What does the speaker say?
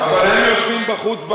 אבל הם יושבים בחוץ,